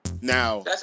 Now